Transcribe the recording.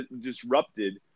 disrupted